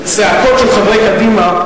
הצעקות של חברי קדימה,